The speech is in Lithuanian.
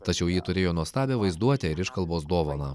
tačiau ji turėjo nuostabią vaizduotę ir iškalbos dovaną